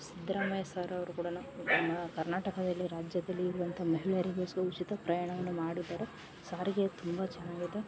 Siddaramaiah sir ಅವರು ಕೂಡ ನಮ್ಮ ಕರ್ನಾಟಕದಲ್ಲಿ ರಾಜ್ಯದಲ್ಲಿ ಇರುವಂಥ ಮಹಿಳೆರಿಗೆ ಸೊ ಉಚಿತ ಪ್ರಯಾಣವನ್ನು ಮಾಡಿದಾರೆ ಸಾರಿಗೆ ತುಂಬ ಚೆನ್ನಾಗಿದೆ